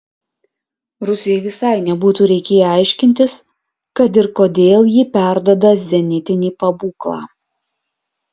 rusijai visai nebūtų reikėję aiškintis kad ir kodėl ji perduoda zenitinį pabūklą